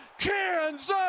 Kansas